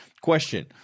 Question